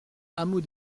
hameau